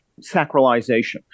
sacralization